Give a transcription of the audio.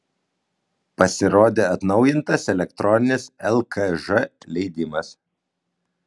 pasirodė atnaujintas elektroninis lkž leidimas